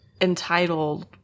entitled